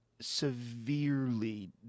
severely